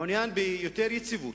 מעוניין ביותר יציבות,